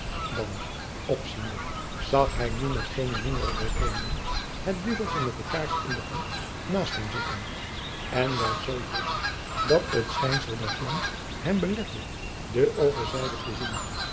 dan opziende zag hij nu met geene mindere bevreemding het duveltje met de kaars in de hand naast hem zitten en wel zoo digt dat het schijnsel der vlam hem belette de overzijde te zien